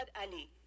Ali